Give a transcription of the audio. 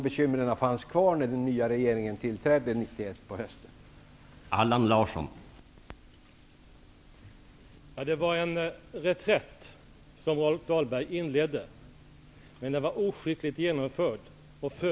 Bekymren fanns kvar när den nya regeringen tillträdde på hösten 1991.